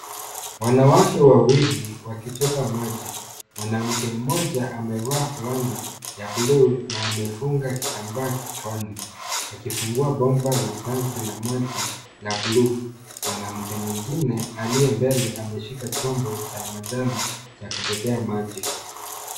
Wanawake wawili wakichota maji. Mwanamke mmoja amevaa fulana ya bluu na amefunga kitambaa kichwani akifungua bomba la tanki la maji la bluu. Mwanamke mwingine aliye mbele ameshika chombo ya manjano ya kubebea maji.